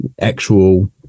actual